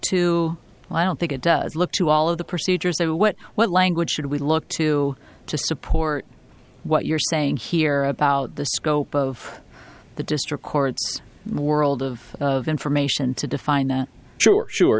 to i don't think it does look to all of the procedures what what language should we look to to support what you're saying here about the scope of the district court's world of information to define that sure sure